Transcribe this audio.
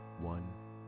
one